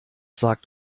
sagt